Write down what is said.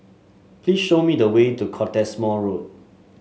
please show me the way to Cottesmore Road